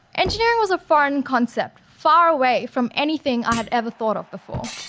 engineering was a foreign concept, far away from anything i had ever thought of before.